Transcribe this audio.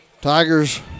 Tigers